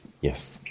Yes